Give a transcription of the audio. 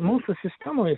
mūsų sistemoj